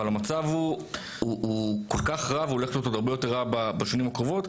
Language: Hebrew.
אבל המצב הוא כל כך רע והוא הולך להיות הרבה יותר רע בשנים הקרובות,